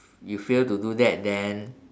you fail to do that then